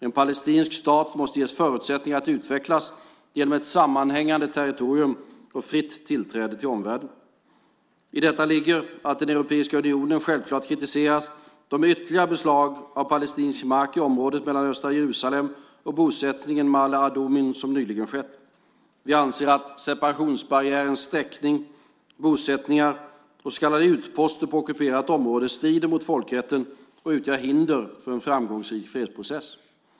En palestinsk stat måste ges förutsättningar att utvecklas genom ett sammanhängande territorium och fritt tillträde till omvärlden. I detta ligger att Europeiska unionen självklart kritiserat de ytterligare beslag av palestinsk mark i området mellan östra Jerusalem och bosättningen Maale Adumim som nyligen skett. Vi anser att separationsbarriärens sträckning, bosättningar och så kallade utposter på ockuperat område strider mot folkrätten och utgör hinder för en framgångsrik fredsprocess.